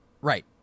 Right